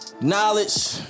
Knowledge